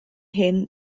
hyn